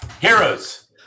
heroes